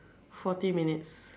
forty minutes